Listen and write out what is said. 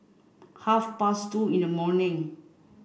half past two in the morning